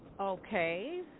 Okay